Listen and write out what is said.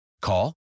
Call